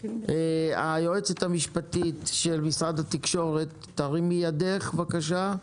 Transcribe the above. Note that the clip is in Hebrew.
היועצת המשפטית של משרד התקשורת, הרימי ידך בבקשה.